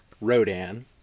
Rodan